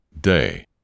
day